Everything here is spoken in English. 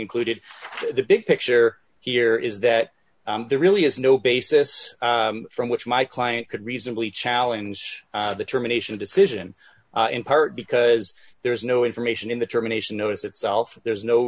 included the big picture here is that there really is no basis from which my client could reasonably challenge the termination decision in part because there is no information in the termination notice itself there is no